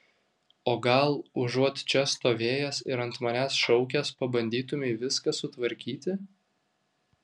o gal užuot čia stovėjęs ir ant manęs šaukęs pabandytumei viską sutvarkyti